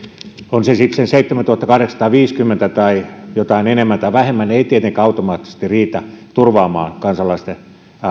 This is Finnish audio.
on se sitten seitsemäntuhattakahdeksansataaviisikymmentä tai jotain enemmän tai vähemmän ei tietenkään automaattisesti riitä turvaamaan kansalaisten